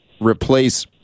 replace